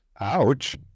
Ouch